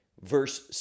verse